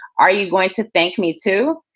are you going to thank me too?